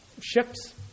ships